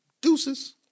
deuces